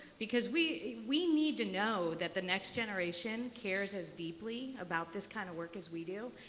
because we we need to know that the next generation cares as deeply about this kind of work as we do.